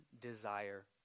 desire